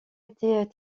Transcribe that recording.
était